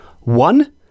one